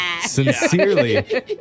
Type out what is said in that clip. Sincerely